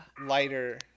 lighter